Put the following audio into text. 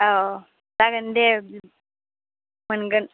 औ जागोन दे मोनगोन